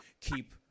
keep